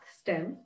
STEM